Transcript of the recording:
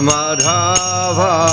Madhava